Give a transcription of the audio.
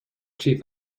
chief